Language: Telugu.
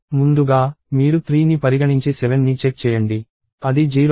ముందుగా మీరు 3 ని పరిగణించి 7 ని చెక్ చేయండి అది 0 కాదు